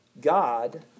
God